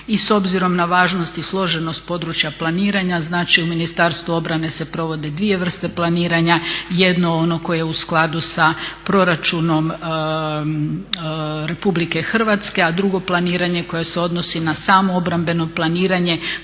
I s obzirom na važnost i složenost područja planiranja znači u Ministarstvu obrane se provode dvije vrste planiranja, jedno ono koje je u skladu sa proračunom Republike Hrvatske a drugo planiranje koje se odnosi na samo obrambeno planiranje